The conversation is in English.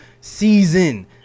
season